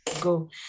go